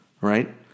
right